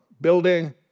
building